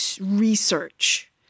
research